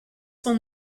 son